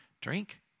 drink